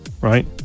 right